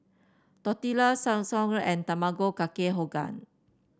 Tortillas and Tamago Kake